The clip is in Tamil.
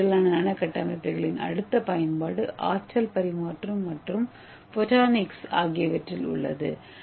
ஏ அடிப்படையிலான நானோ கட்டமைப்புகளின் அடுத்த பயன்பாடு ஆற்றல் பரிமாற்றம் மற்றும் ஃபோட்டானிக்ஸ் ஆகியவற்றில் உள்ளது